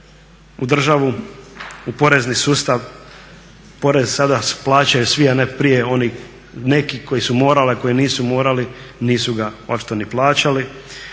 u državu, u porezni sustav, porez sada plaćaju svi a ne prije oni neki koji su morali a koji nisu morali nisu ga očito ni plaćali.